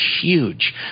huge